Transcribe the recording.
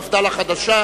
מפד"ל החדשה,